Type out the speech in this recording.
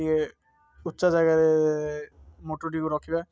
ଟିକେ ଉଚ୍ଚା ଜାଗାରେ ମୋଟର୍ଟିକୁ ରଖିବା